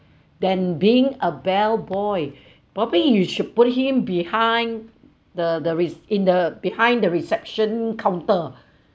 than being a bell boy probably you should put him behind the the re~ in the behind the reception counter